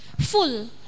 full